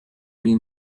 been